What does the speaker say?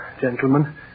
gentlemen